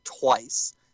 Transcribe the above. twice